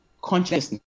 Consciousness